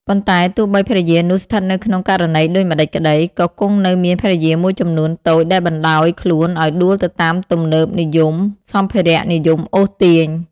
ប៉ុន្តែទោះបីភរិយានោះស្ថិតនៅក្នុងករណីដូចម្ដេចក្ដី ក៏គង់នៅមានភរិយាមួយចំនួនតូចដែលបណ្ដោយខ្លួនឲ្យដួលទៅតាមទំនើបនិយម សម្ភារៈនិយមអូសទាញ ។